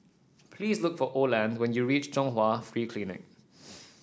please look for Oland when you reach Chung Hwa Free Clinic